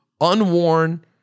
unworn